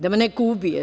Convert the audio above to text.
Da me neko ubije?